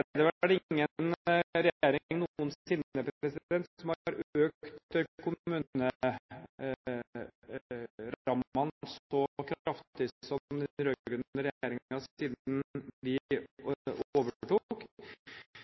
vel ingen regjering noen sinne som har økt kommunerammene så kraftig som det den rød-grønne regjeringen har gjort siden vi